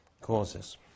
causes